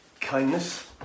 kindness